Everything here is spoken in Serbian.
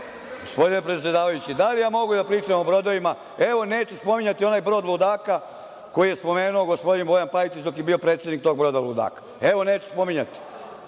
putevima. Gospodine predsedavajući, da li mogu da pričam o brodovima? Evo neću spominjati onaj brod ludaka koji je spomenuo gospodin Bojan Pajtić dok je bio predsednik tog broda ludaka, evo neću spominjati.